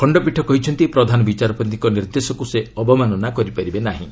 ଖଣ୍ଡପୀଠ କହିଛନ୍ତି ପ୍ରଧାନ ବିଚାରପତିଙ୍କ ନିର୍ଦ୍ଦେଶକ୍ ସେ ଅବମାନନା କରିପାରିବେ ନାହିଁ